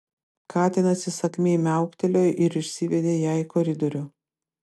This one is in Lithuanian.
katinas įsakmiai miauktelėjo ir išsivedė ją į koridorių